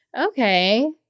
Okay